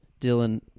Dylan